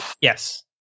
Yes